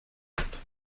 ist